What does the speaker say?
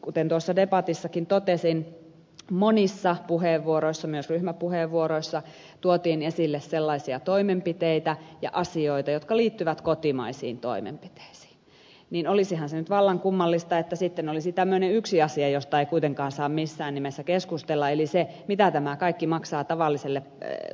kuten tuossa debatissakin totesin monissa puheenvuoroissa myös ryhmäpuheenvuoroissa tuotiin esille sellaisia toimenpiteitä ja asioita jotka liittyvät kotimaisiin toimenpiteisiin joten olisihan se nyt vallan kummallista että sitten olisi tämmöinen yksi asia josta ei kuitenkaan saa missään nimessä keskustella eli se mitä tämä kaikki maksaa tavalliselle suomalaiselle ihmiselle